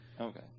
Okay